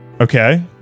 Okay